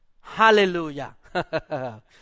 Hallelujah